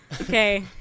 Okay